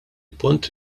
punt